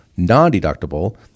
non-deductible